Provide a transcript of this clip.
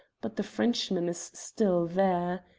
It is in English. but the frenchman is still there.